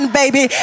baby